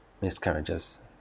miscarriages